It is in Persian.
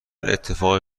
اتفاقی